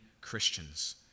Christians